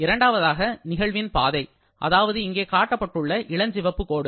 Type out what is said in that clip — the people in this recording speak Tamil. இரண்டாவதாக நிகழ்வின் பாதை அதாவது இங்கே காட்டப்பட்டுள்ள இளஞ்சிவப்பு கோடு